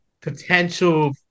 potential